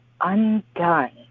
undone